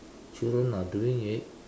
children are doing it